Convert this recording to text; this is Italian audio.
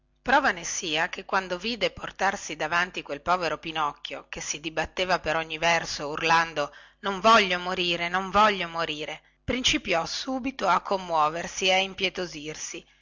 prova ne sia che quando vide portarsi davanti quel povero pinocchio che si dibatteva per ogni verso urlando non voglio morire non voglio morire principiò subito a commuoversi e a impietosirsi